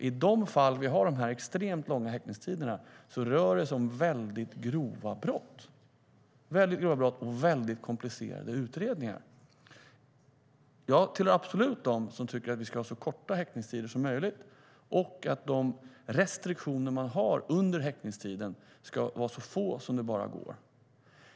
I fallen med de extremt långa häktningstiderna rör det sig om mycket grova brott och mycket komplicerade utredningar. Jag tillhör absolut dem som tycker att vi ska ha så korta häktningstider som möjligt och att restriktionerna under häktningstiden ska vara så få som det bara går.